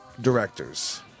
directors